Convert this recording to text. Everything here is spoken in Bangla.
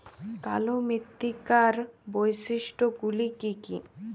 কালো মৃত্তিকার বৈশিষ্ট্য গুলি কি কি?